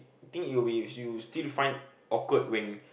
think it will be you still find awkward when